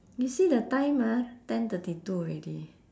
you see the time ah ten thirty two already